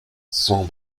cent